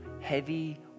heavy